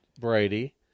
Brady